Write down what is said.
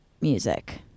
music